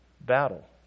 battle